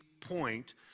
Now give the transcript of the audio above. point